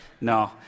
no